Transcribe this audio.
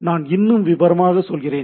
நான் இன்னும் விவரமாக சொல்கிறேன்